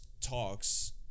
talks